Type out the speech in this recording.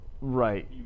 right